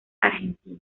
argentino